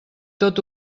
tot